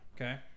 Okay